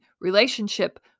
relationship